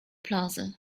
plaza